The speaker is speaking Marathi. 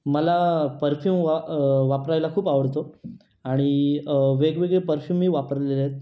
मला परफ्युम वा वापरायला खूप आवडतो आणि वेगवेगळे परफ्युम मी वापरलेले आहेत